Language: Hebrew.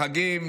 לחגים,